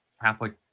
Catholic